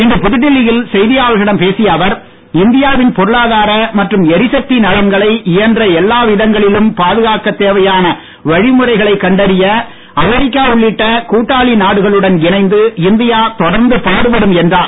இன்று புதுடெல்லியில் செய்தியாளர்களிடம் பேசிய அவர் இந்தியாவின் பொருளாதார மற்றும் எரிசக்தி நலன்களை இயன்ற எல்லா விதங்களிலும் பாதுகாக்க தேவையான வழிமுறைகளைக் கண்டறிய அமெரிக்கா உள்ளிட்ட கூட்டாளி நாடுகளுடன் இணைந்து இந்தியா தொடர்ந்து பாடுபடும் என்றார்